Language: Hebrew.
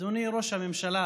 אדוני ראש הממשלה,